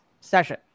session